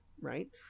Right